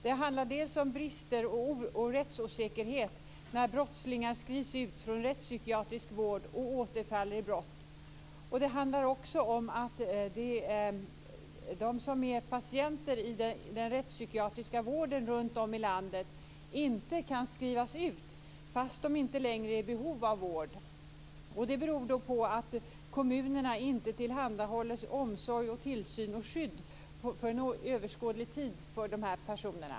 Det handlar dels om brister och rättsosäkerhet när brottslingar skrivs ut från rättspsykiatrisk vård och återfaller i brott, dels om att de som är patienter i den rättspsykiatriska vården runtom i landet inte kan skrivas ut fast de inte längre är i behov av vård. Det beror på att kommunerna inte tillhandahåller omsorg, tillsyn och skydd inom överskådlig tid för dessa personer.